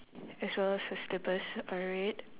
as well as her slippers are red